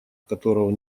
которого